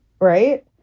right